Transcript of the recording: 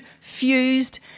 fused